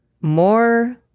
more